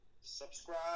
subscribe